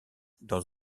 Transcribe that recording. dans